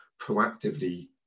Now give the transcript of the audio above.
proactively